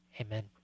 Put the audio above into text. amen